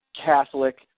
Catholic